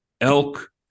elk